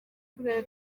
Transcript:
turere